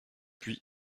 puis